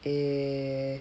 eh